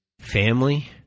family